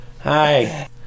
Hi